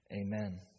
Amen